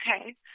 Okay